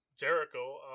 Jericho